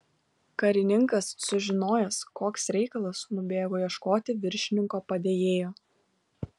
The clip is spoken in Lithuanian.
karininkas sužinojęs koks reikalas nubėgo ieškoti viršininko padėjėjo